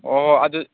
ꯑꯣ ꯑꯗꯨ